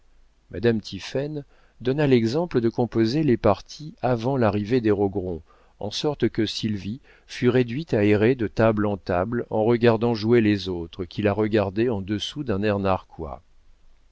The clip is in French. madame tiphaine donna l'exemple de composer les parties avant l'arrivée des rogron en sorte que sylvie fut réduite à errer de table en table en regardant jouer les autres qui la regardaient en dessous d'un air narquois